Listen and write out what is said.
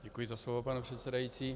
Děkuji za slovo, pane předsedající.